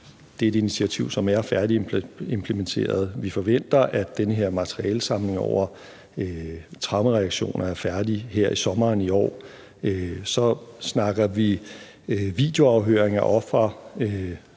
det er et initiativ, som er færdigimplementeret. Vi forventer, at den her materialesamling over traumereaktioner er færdig her i sommeren i år. Så snakker vi om videoafhøringer af ofre;